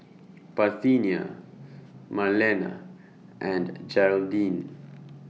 Parthenia Marlena and Jeraldine